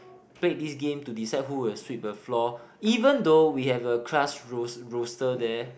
played this game to decide who will sweep the floor even though we have a class roster roster there